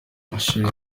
ishuri